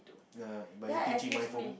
nah but you take my phone